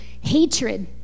Hatred